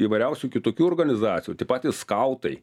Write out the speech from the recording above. įvairiausių kitokių organizacijų tie patys skautai